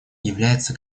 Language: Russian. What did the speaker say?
является